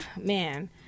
Man